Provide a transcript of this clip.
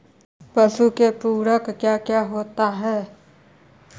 पशु के पुरक क्या क्या होता हो?